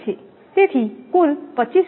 તેથી કુલ 25